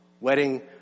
wedding